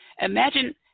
imagine